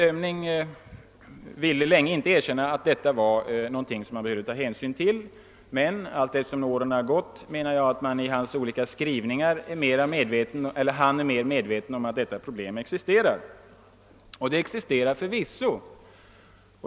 Finansministern ville länge inte erkänna att man behövde ta hänsyn härtill, men allteftersom åren har gått har man av hans olika skrivningar kunnat läsa ut, att han har blivit mer medveten om att detta problem verkligen existerar. Och det existerar förvisso.